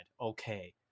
okay